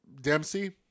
Dempsey